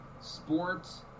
sports